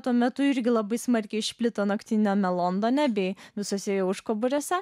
tuo metu irgi labai smarkiai išplito naktiniame londone bei visuose užkaboriuose